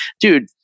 dude